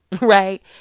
right